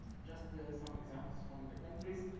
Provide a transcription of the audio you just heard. just some examples from the countries.